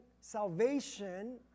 salvation